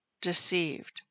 deceived